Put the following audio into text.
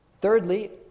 Thirdly